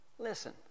Listen